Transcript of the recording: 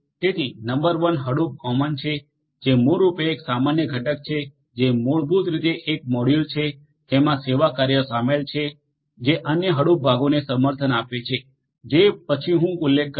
તેથી number one Hadoop common છે જે મૂળરૂપે એક સામાન્ય ઘટક છે જે મૂળભૂત રીતે એક મોડ્યુલ છે જેમાં સેવાકાર્યો શામેલ છે જે અન્ય હડુપ ભાગોને સમર્થન આપે છે જે હું પછી ઉલ્લેખ કરીશ